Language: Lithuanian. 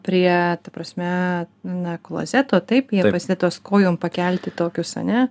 prie ta prasme na klozeto taip jie pasideda tuos kojom pakelti tokius a ne